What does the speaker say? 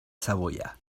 saboya